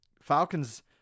Falcons